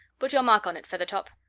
put your mark on it, feathertop.